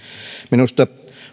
minusta